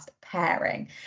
pairing